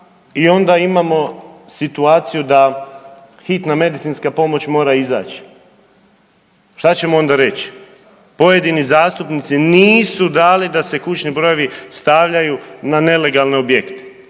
i onda imamo situaciju da hitna medicinska pomoć mora izaći. Šta ćemo onda reći? Pojedini zastupnici nisu dali da se kućni brojevi stavljaju na nelegalne objekte.